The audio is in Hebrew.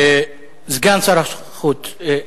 סגן שר החוץ.